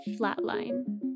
Flatline